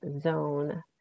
zone